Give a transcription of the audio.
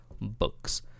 books